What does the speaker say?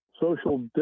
social